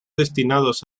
destinados